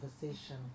conversation